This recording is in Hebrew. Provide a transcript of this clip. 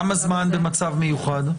כמה זמן במצב מיוחד?